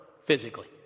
Physically